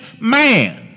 man